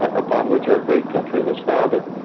upon which our great country was founded,